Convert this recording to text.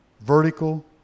vertical